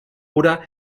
oder